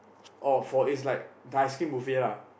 oh for it's like the ice cream buffet lah